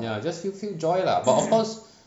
ya just feel feel joy lah but of course